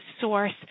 source